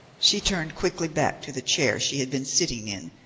she turned quickly back to the chair she had been sitting in,